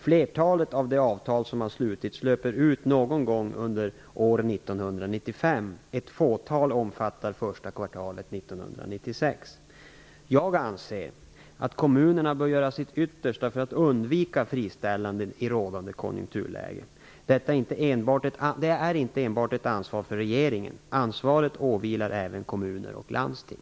Flertalet av de avtal som har slutits löper ut någon gång under år 1995, ett fåtal omfattar första kvartalet Jag anser att kommunerna bör göra sitt yttersta för att undvika friställanden i rådande konjunkturläge. Detta är inte enbart ett ansvar för regeringen. Ansvaret åvilar även kommuner och landsting.